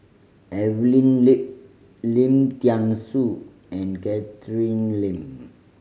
Evelyn Lip Lim Thean Soo and Catherine Lim